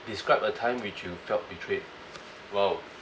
describe a time which you felt betrayed !wow!